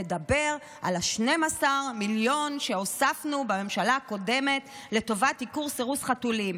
לדבר על 12 המיליונים שהוספנו בממשלה הקודמת לטובת עיקור/סירוס חתולים.